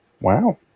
Wow